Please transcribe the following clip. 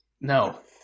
No